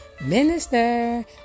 Minister